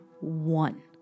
one